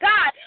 God